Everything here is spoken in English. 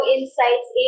Insights